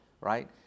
right